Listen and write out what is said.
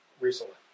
Recently